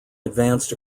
advanced